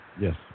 Yes